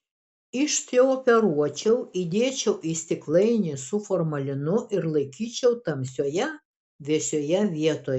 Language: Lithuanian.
išsioperuočiau įdėčiau į stiklainį su formalinu ir laikyčiau tamsioje vėsioje vietoje